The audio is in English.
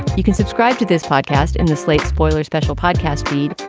you can subscribe to this podcast in the slate spoiler special podcast feed.